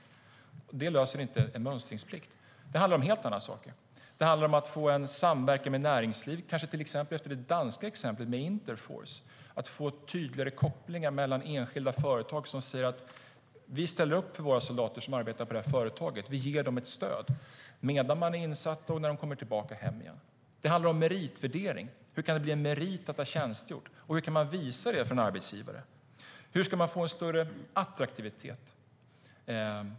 Mönstringsplikt löser inte den utmaningen. Det handlar om helt andra saker. Det handlar om att få en samverkan med näringslivet, kanske efter det danska exemplet med Interforce. Det handlar om att få tydligare kopplingar mellan enskilda företag som säger: Vi ställer upp för våra soldater som arbetar på det här företaget. Vi ger dem stöd medan de är insatta och när de kommer hem igen. Det handlar om meritvärdering. Hur kan det bli en merit att ha tjänstgjort, och hur kan man visa det för en arbetsgivare? Hur ska man få en större attraktivitet?